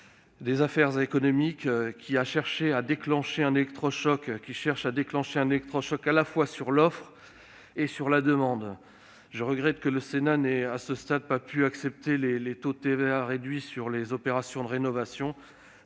des affaires économiques qui cherche à provoquer un électrochoc à la fois sur l'offre et sur la demande. Je regrette que le Sénat n'ait pas pu, à ce stade, accepter le taux réduit de TVA sur les opérations de rénovation.